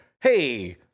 hey